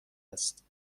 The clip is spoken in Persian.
است